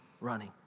running